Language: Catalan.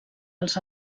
els